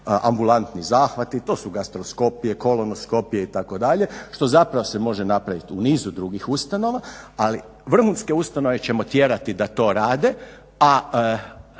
ambulanti zahvati, to su gastroskopije, kolonoskopije itd. što zapravo se može napraviti u nizu drugih ustanova ali vrhunske ustanove ćemo tjerati da to rade,